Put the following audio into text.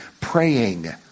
praying